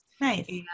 Nice